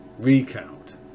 recount